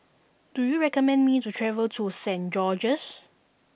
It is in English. do you recommend me to travel to Saint George's